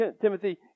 Timothy